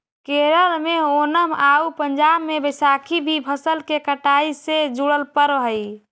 केरल में ओनम आउ पंजाब में बैसाखी भी फसल के कटाई से जुड़ल पर्व हइ